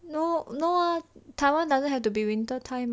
no no ah taiwan doesn't have to be winter time